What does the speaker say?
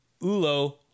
Ulo